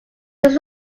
this